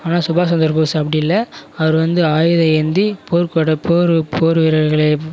ஆனால் சுபாஷ்சந்திரபோஸ் அப்படி இல்லை அவரு வந்து ஆயுதம் ஏந்தி போர்கொட போர் போர் வீரர்களை